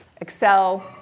excel